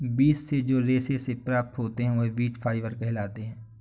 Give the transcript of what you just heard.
बीज से जो रेशे से प्राप्त होते हैं वह बीज फाइबर कहलाते हैं